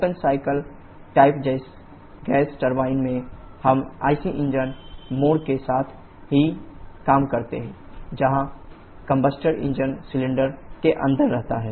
open चक्र type gas turbine में हम IC इंजन मोड के साथ ही काम करते हैं जहां कंबस्टर इंजन सिलेंडर के अंदर रहता है